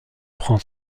prend